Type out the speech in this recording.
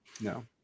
No